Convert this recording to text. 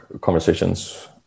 conversations